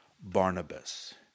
Barnabas